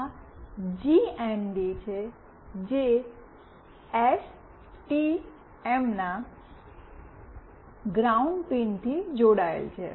આ જીએનડી છે જે એસટીએમના ગ્રાઉન્ડ પિનથી જોડાયેલ છે